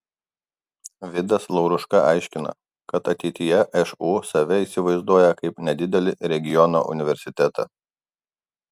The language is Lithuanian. vidas lauruška aiškina kad ateityje šu save įsivaizduoja kaip nedidelį regiono universitetą